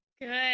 Good